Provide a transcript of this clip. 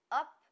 up